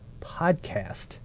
podcast